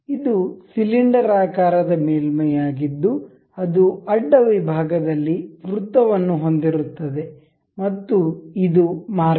ಇದು ಸಿಲಿಂಡರಾಕಾರದ ಮೇಲ್ಮೈಯಾಗಿದ್ದು ಅದು ಅಡ್ಡ ವಿಭಾಗದಲ್ಲಿ ವೃತ್ತವನ್ನು ಹೊಂದಿರುತ್ತದೆ ಮತ್ತು ಇದು ಮಾರ್ಗ